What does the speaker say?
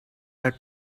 had